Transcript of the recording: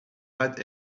had